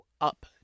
up